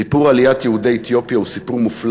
סיפור עליית יהודי אתיופיה הוא סיפור מופלא